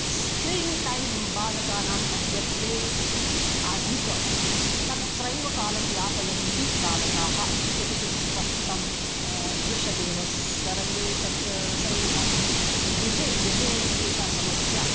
screen time बालकानाम् अद्यत्वे अधिकं तत्रैव कालं यापयन्ति बालकाः इति तु स्पष्टं दृश्यते एव सर्वे तत् सर्वेषां गृहे गृहे एषा समस्या